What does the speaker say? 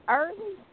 early